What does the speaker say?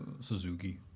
Suzuki